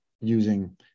using